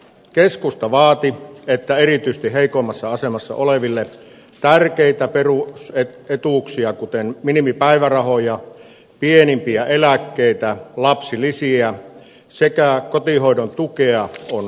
keskusta vaati että erityisesti heikoimmassa asemassa oleville tärkeitä perusetuuksia kuten minimipäivärahoja pienimpiä eläkkeitä lapsilisiä sekä kotihoidon tukea on korotettava